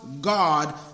God